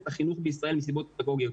החינוך בישראל שפוטרו מסיבות פדגוגיות,